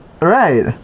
Right